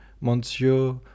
Monsieur